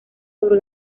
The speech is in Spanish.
sobre